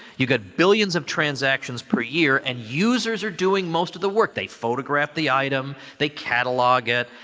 you've got billions of transactions per year, and users are doing most of the work. they photograph the item, they catalog it,